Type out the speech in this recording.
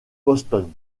boston